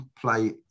play